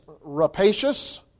rapacious